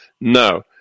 no